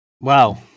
Wow